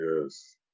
Yes